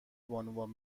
بانوان